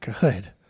good